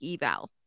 eval